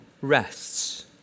rests